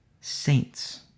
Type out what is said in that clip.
saints